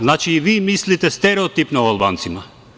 Znači, i vi mislite stereotipno o Albancima.